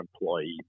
employees